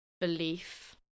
belief